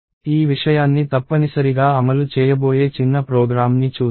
ఈ విషయాన్ని తప్పనిసరిగా అమలు చేయబోయే చిన్న ప్రోగ్రామ్ని చూద్దాం